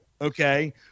Okay